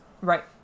Right